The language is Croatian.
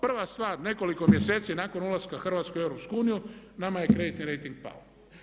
Prva stvar nekoliko mjeseci nakon ulaska Hrvatske u EU nama je kreditni rejting pao.